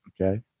okay